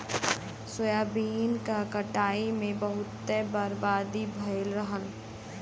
soybean क कटाई में बहुते बर्बादी भयल रहल